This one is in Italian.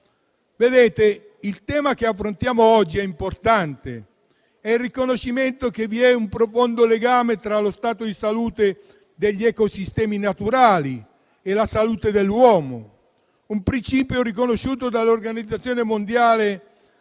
Il tema che affrontiamo oggi è importante: è il riconoscimento che vi è un profondo legame tra lo stato di salute degli ecosistemi naturali e la salute dell'uomo; un principio riconosciuto dall'Organizzazione mondiale della